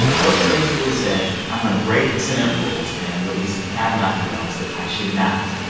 booker basically said, i'm going to break senate rules and release some kavanaugh emails that i should not.